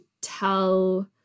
tell